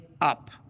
up